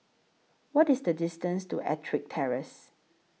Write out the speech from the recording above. What IS The distance to Ettrick Terrace